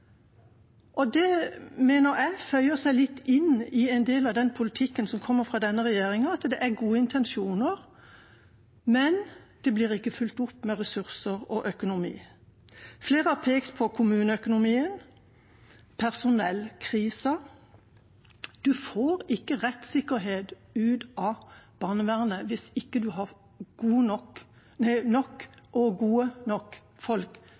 Det mener jeg føyer seg litt inn i en del av politikken som kommer fra denne regjeringa: Det er gode intensjoner, men de blir ikke fulgt opp med ressurser og økonomi. Flere har pekt på kommuneøkonomien, personellkrisen. Man får ikke rettssikkerhet ut av barnevernet hvis man ikke har nok og gode nok folk